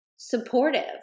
supportive